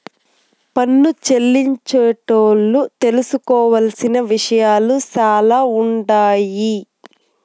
పన్ను చెల్లించేటోళ్లు తెలుసుకోవలసిన విషయాలు సాలా ఉండాయి